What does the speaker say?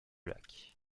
lac